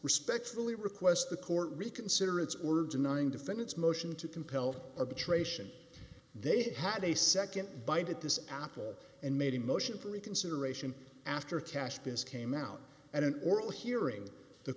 respectfully request the court reconsider its or denying defendants motion to compel arbitration they had a nd bite at this apple and made a motion for reconsideration after tash this came out at an oral hearing the